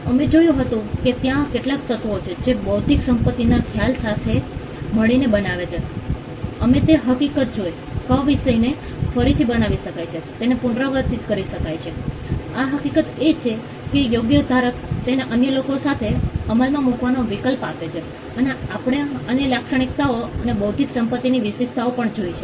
અમે જોયું હતું કે ત્યાં કેટલાક તત્વો છે જે બૌદ્ધિક સંપત્તિના ખ્યાલ સાથે મળીને બનાવે છે અમે તે હકીકત જોઇ કે વિષયને ફરીથી બનાવી શકાય છે તેને પુનરાવર્તિત કરી શકાય છે આ હકીકત એ છે કે યોગ્ય ધારક તેને અન્ય લોકો સામે અમલમાં મૂકવાનો વિકલ્પ આપે છે અને આપણે અન્ય લાક્ષણિકતાઓ અથવા બૌદ્ધિક સંપત્તિની વિશેષતાઓ પણ જોઇ છે